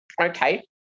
okay